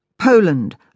Poland